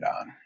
on